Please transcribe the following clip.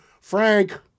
Frank